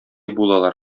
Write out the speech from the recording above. булалар